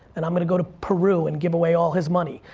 and i'm gonna go to peru and give away all his money,